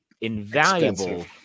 invaluable